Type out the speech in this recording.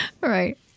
Right